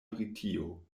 britio